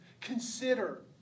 consider